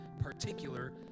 particular